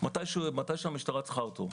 מתי שהמשטרה צריכה אותו.